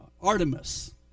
Artemis